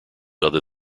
other